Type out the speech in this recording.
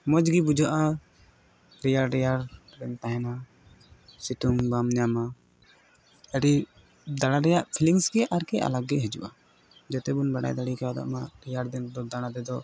ᱢᱚᱡᱽ ᱜᱮ ᱵᱩᱡᱷᱟᱹᱜᱼᱟ ᱨᱮᱭᱟᱲ ᱨᱮᱭᱟᱲ ᱵᱮᱱ ᱛᱟᱦᱮᱱᱟ ᱥᱤᱛᱩᱝ ᱵᱟᱢ ᱧᱟᱢᱟ ᱟᱹᱰᱤ ᱫᱟᱬᱟ ᱨᱮᱭᱟᱜ ᱯᱷᱤᱞᱤᱝᱥ ᱜᱮ ᱟᱨᱠᱤ ᱟᱞᱟᱜᱽ ᱜᱮ ᱦᱤᱡᱩᱜᱼᱟ ᱡᱟᱛᱮ ᱵᱚᱱ ᱵᱟᱲᱟᱭ ᱫᱟᱲᱮ ᱠᱟᱣᱫᱟ ᱚᱱᱟ ᱨᱮᱭᱟᱲ ᱫᱤᱱ ᱫᱚ ᱫᱟᱬᱟ ᱛᱮᱫᱚ